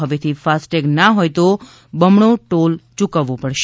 હવેથી ફાસ્ટેગ ના હોય તો બમણો ટોલ યુકવવા પડશે